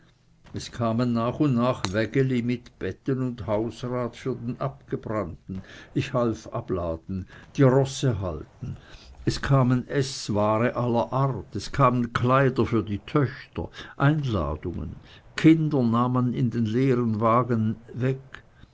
es kamen nach und nach wägeli mit betten und hausrat für den abgebrannten ich half abladen die rosse halten es kam eßware aller art es kamen kleider für die töchter einladungen kinder nahm man in den leeren wagen weg